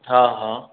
हा हा